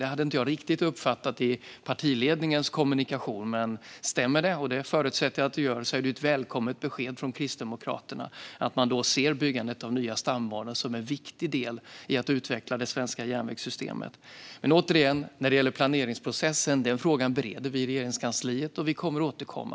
Det hade jag inte riktigt uppfattat i partiledningens kommunikation, men om det stämmer - och det förutsätter jag att det gör - är det ett välkommet besked från Kristdemokraterna att man ser byggandet av nya stambanor som en viktig del i att utveckla det svenska järnvägssystemet. Återigen: Planeringsprocessen är en fråga som vi bereder i Regeringskansliet, och vi kommer att återkomma.